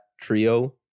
trio